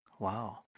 Wow